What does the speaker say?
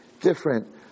different